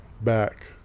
back